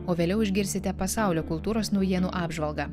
o vėliau išgirsite pasaulio kultūros naujienų apžvalgą